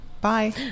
bye